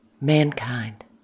mankind